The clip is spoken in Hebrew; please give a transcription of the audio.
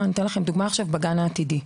לתוכנית בשם ׳הגן העתידי׳.